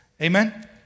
Amen